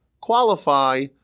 qualify